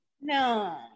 No